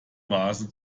vase